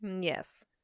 Yes